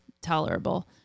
tolerable